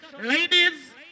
Ladies